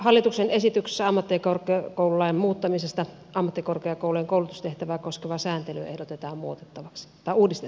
hallituksen esityksessä ammattikorkeakoululain muuttamisesta ammattikorkeakoulujen koulutustehtävää koskevaa sääntelyä ehdotetaan uudistettavaksi